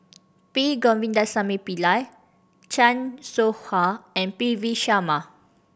P Govindasamy Pillai Chan Soh Ha and P V Sharma